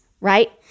right